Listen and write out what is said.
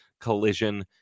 collision